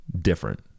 different